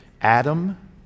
Adam